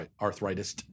Arthritis